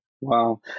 Wow